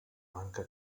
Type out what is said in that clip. banca